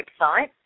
website